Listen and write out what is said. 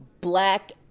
black